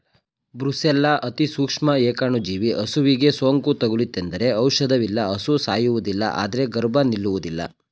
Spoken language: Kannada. ಬ್ರುಸೆಲ್ಲಾ ಅತಿಸೂಕ್ಷ್ಮ ಏಕಾಣುಜೀವಿ ಹಸುವಿಗೆ ಸೋಂಕು ತಗುಲಿತೆಂದರೆ ಔಷಧವಿಲ್ಲ ಹಸು ಸಾಯುವುದಿಲ್ಲ ಆದ್ರೆ ಗರ್ಭ ನಿಲ್ಲುವುದಿಲ್ಲ